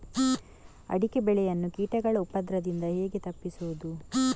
ಅಡಿಕೆ ಬೆಳೆಯನ್ನು ಕೀಟಗಳ ಉಪದ್ರದಿಂದ ಹೇಗೆ ತಪ್ಪಿಸೋದು?